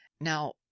now